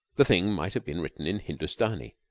the thing might have been written in hindustani.